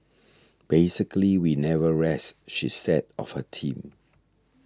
basically we never rest she said of her team